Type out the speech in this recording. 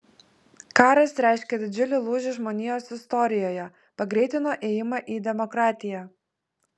karas reiškė didžiulį lūžį žmonijos istorijoje pagreitino ėjimą į demokratiją